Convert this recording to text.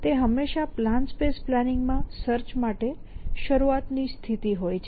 અને તે હંમેશાં પ્લાન સ્પેસ પ્લાંનિંગ માં સર્ચ માટે શરૂઆત ની સ્થિતિ હોય છે